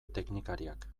teknikariak